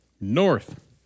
North